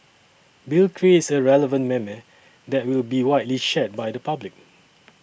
Bill creates a relevant meme that will be widely shared by the public